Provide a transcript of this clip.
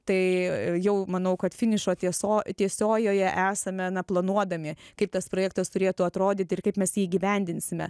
tai jau manau kad finišo tieso tiesiojoje esame na planuodami kaip tas projektas turėtų atrodyti ir kaip mes jį įgyvendinsime